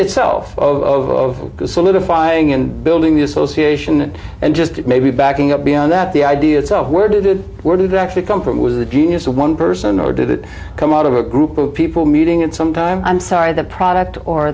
itself of solidifying and building the association and just maybe backing up beyond that the idea itself where do we're going to actually come from was the genius of one person or did it come out of a group of people meeting at some time i'm sorry the product or